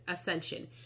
ascension